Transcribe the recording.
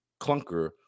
clunker